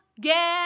get